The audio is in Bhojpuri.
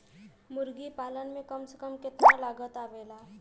मुर्गी पालन में कम से कम कितना लागत आवेला?